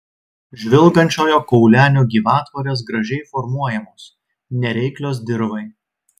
žvilgančiojo kaulenio gyvatvorės gražiai formuojamos nereiklios dirvai